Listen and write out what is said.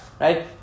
right